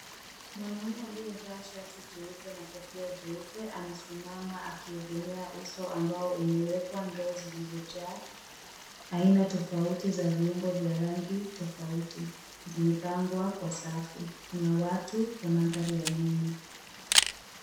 Mwanaume, aliyevaa shati jeupe na kofia jeupe, anasimama akiegemea uso ambao umewekwa ndoo zilizojaa aina tofauti za viungo vya rangi tofauti zimepangwa kwa safu. Kuna watu kwa mandhari ya nyuma.